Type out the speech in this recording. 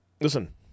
Listen